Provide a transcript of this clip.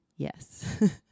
Yes